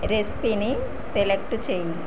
రెసిపీని సెలెక్ట్ చేయి